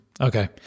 okay